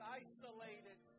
isolated